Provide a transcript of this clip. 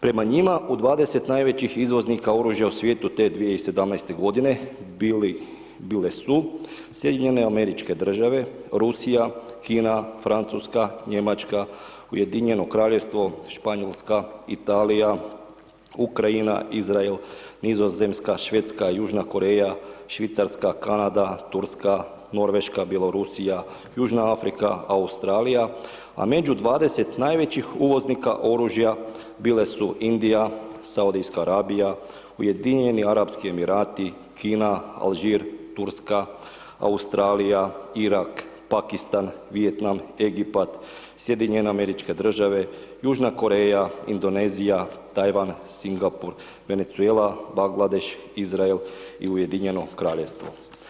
Prema njima u 20 najvećih izvoznika oružja u svijetu te 2017. godine bile su SAD-e, Rusija, Kina, Francuska, Njemačka, UK, Španjolska, Italija, Ukrajina, Izrael, Nizozemska, Švedska, Južna Koreja, Švicarska, Kanada, Turska, Norveška, Bjelorusija, Južna Afrika, Australija a među 20 najvećih uvoznika oružja bile su Indija, Saudijska Arabija, Ujedinjeni Arapski Emirati, Kina, Alžir, Turska, Australija, Irak, Pakistan, Vijetnam, Egipat, SAD, Južna Koreja, Indonezija, Tajvan, Singapur, Venezuela, Bangladeš, Izrael i UK.